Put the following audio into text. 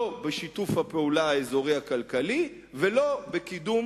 לא בשיתוף הפעולה האזורי הכלכלי ולא בקידום